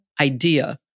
idea